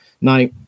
Now